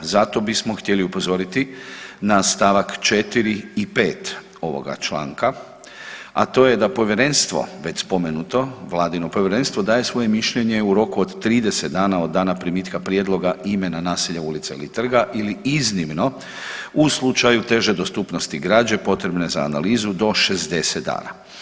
Zato bismo htjeli upozoriti na st. 4. i 5. ovoga članka, a to je da povjerenstvo već spomenuto, vladino povjerenstvo, daje svoje mišljenje u roku od 30 dana od dana primitka prijedloga imena naselja, ulice ili trga ili iznimno, u slučaju teže dostupnosti građe potrebne za analizu, do 60 dana.